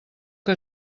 que